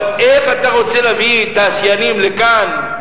אבל איך אתה רוצה להביא תעשיינים לכאן?